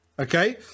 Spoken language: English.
okay